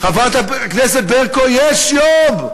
חברת הכנסת ברקו, יש יום.